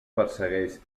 persegueix